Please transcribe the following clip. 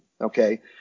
Okay